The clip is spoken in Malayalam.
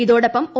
ഇതോടൊപ്പം ഒ